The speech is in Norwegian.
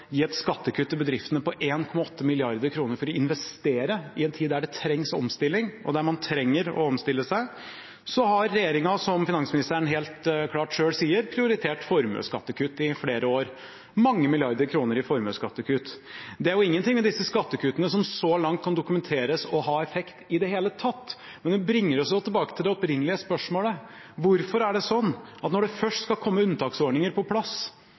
gi bedriftene et skattekutt på 1,8 mrd. kr for å investere i en tid der det trengs omstilling, og der man trenger å omstille seg, har regjeringen, som finansministeren selv sier helt klart, prioritert formuesskattekutt i flere år. Mange milliarder kroner i formuesskattekutt. Det er ingenting ved disse skattekuttene som så langt kan dokumenteres å ha effekt i det hele tatt. Men det bringer oss tilbake til det opprinnelige spørsmålet: Hvorfor er det sånn at når det først skal komme unntaksordninger på plass